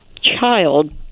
child